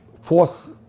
force